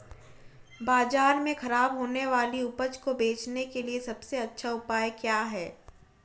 बाजार में खराब होने वाली उपज को बेचने के लिए सबसे अच्छा उपाय क्या हैं?